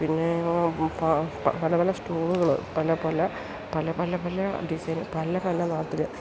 പിന്നെ പല പല സ്റ്റോണുകള് പല പല പല പല പല ഡിസൈൻ പല പല നാട്ടില്